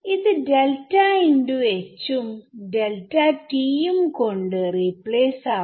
ഇത് ഉം ഉം കൊണ്ട് റീപ്ലേസ് ആവും